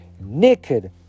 Naked